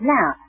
Now